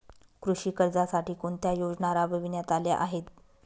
कृषी कर्जासाठी कोणत्या योजना राबविण्यात आल्या आहेत?